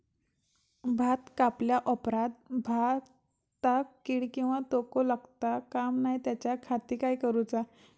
भात कापल्या ऑप्रात भाताक कीड किंवा तोको लगता काम नाय त्याच्या खाती काय करुचा?